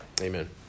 Amen